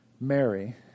mary